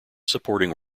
supporting